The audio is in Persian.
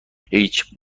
هیچ